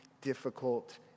difficult